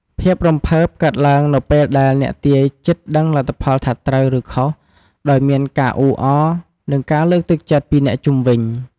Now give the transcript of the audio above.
ភាពរំភើបកើតឡើងនៅពេលដែលអ្នកទាយជិតដឹងលទ្ធផលថាត្រូវ ឬខុស ដោយមានការអ៊ូអរ និងការលើកទឹកចិត្តពីអ្នកជុំវិញ។